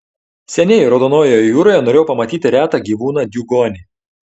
seniai raudonojoje jūroje norėjau pamatyti retą gyvūną diugonį